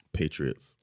patriots